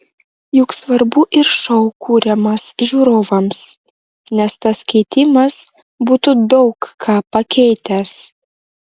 juk svarbu ir šou kuriamas žiūrovams nes tas keitimas būtų daug ką pakeitęs